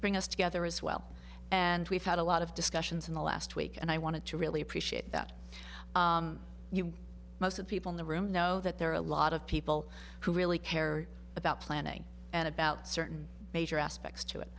bring us together as well and we've had a lot of discussions in the last week and i want to really appreciate that you most of people in the room know that there are a lot of people who really care about planning and about certain major aspects to it